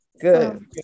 good